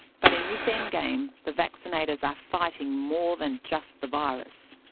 but in this endgame, the vaccinators are fighting more than just the virus.